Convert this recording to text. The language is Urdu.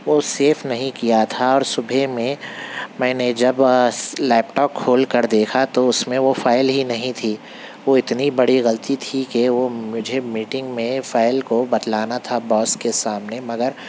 وہ سیف نہیں کیا تھا اور صبح میں میں نے جب لیپ ٹاپ کھول کر دیکھا تو اس میں وہ فائل ہی نہیں تھی وہ اتنی بڑی غلطی تھی کہ وہ مجھے میٹنگ میں فائل کو بتلانا تھا باس کے سامنے مگر